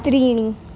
त्रीणि